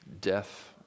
death